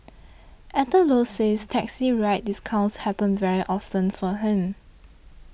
Actor Low says taxi ride discounts happen very often for him